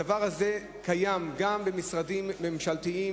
הדבר הזה קיים גם במשרדים ממשלתיים